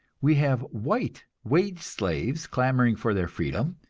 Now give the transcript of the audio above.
we have white wage-slaves clamoring for their freedom,